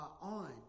on